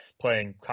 playing